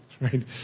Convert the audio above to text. right